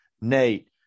Nate